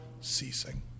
ceasing